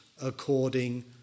according